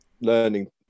learning